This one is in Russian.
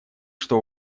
что